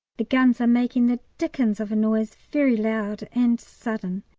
the guns are making the dickens of a noise, very loud and sudden.